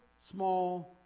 small